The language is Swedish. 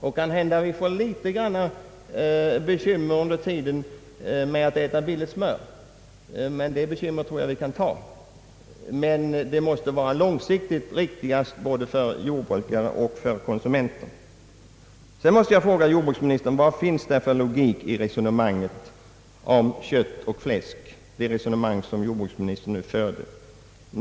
Det kan hända att vi får något större bekymmer under tiden då vi måste äta billigt smör, men det bekymret tror jag att vi kan ta. Den ordningen måste vara på lång sikt riktigast för både jordbrukare och konsumenter. Jag måste fråga jordbruksministern vad det finns för logik i det resonemang om priset på köttet och fläsket som han förde.